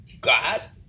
God